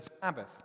Sabbath